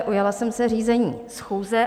Ujala jsem se řízení schůze.